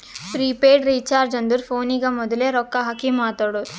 prepaid recharge ಅಂದುರ್ ಫೋನಿಗ ಮೋದುಲೆ ರೊಕ್ಕಾ ಹಾಕಿ ಮಾತಾಡೋದು